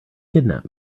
kidnap